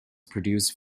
produced